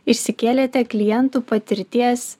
išsikėlėte klientų patirties